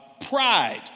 pride